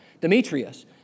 Demetrius